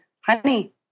honey